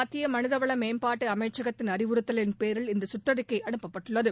மத்திய மனிதவள மேம்பாட்டு அமைச்சகத்தின் அறிவுறுத்தலின் பேரில் இந்த சுற்றறிக்கை அவுப்பப்பட்டுள்ளது